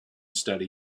study